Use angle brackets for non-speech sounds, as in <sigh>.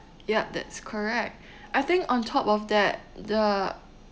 yup that's correct <breath> I think on top of that the